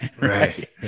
right